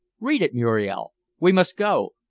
read it, muriel. we must go.